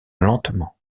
lentement